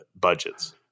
Budgets